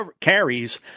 carries